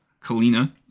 Kalina